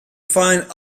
find